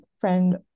friend